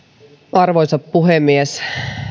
arvoisa puhemies